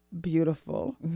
beautiful